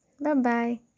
Bye-bye